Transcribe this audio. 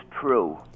true